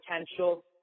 potential